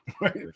right